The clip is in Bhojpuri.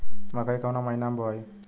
मकई कवना महीना मे बोआइ?